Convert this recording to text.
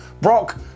Brock